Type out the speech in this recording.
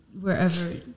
wherever